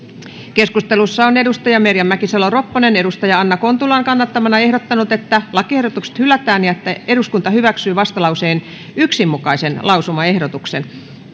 keskustelussa on merja mäkisalo ropponen anna kontulan kannattamana ehdottanut että lakiehdotukset hylätään ja että eduskunta hyväksyy vastalauseen yhden mukaisen lausumaehdotuksen